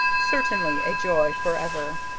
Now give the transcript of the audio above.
certainly a joy forever.